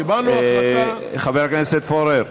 קיבלנו החלטה, חבר הכנסת פורר.